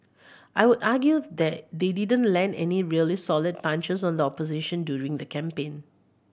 I would argues that they didn't land any really solid punches on the opposition during the campaign